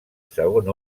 segon